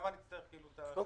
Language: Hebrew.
זה רק --- גם ההמשך וגם זה.